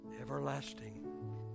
everlasting